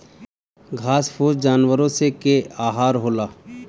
घास फूस जानवरो स के आहार होला